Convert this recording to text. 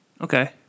Okay